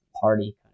party